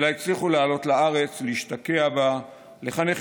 אלא הצליחו לעלות לארץ ולהשתקע בה ולחנך